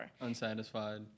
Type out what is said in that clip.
unsatisfied